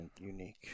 unique